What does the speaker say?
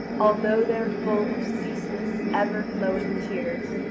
although they are full of ceaseless, ever-flowing tears,